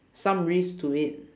some risk to it